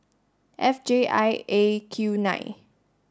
F J I A Q nine